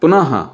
पुनः